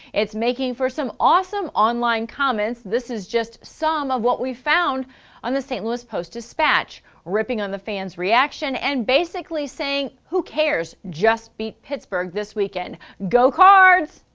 it's making for some awesome online comments, this is just some of what we found on the st. louis post-dispatch. ripping on the fan's reaction. and basically saying. who cares. just beat pittsburgh this weekend! go cards!